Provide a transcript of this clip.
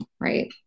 right